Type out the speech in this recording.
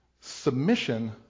submission